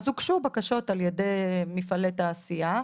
אז הוגשו בקשות על ידי מפעלי תעשייה.